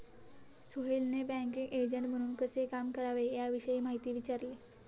सोहेलने banking agent म्हणून कसे काम करावे याविषयी माहिती विचारली